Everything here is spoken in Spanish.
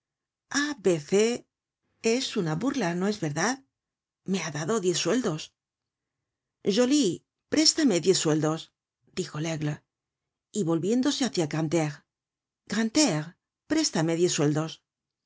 es una burla no es verdad me ha dado diez sueldos joly préstame diez sueldos dijo laigle y volviéndose hácia grantaire grantaire préstame diez sueldos lo